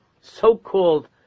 so-called